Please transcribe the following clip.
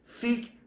Seek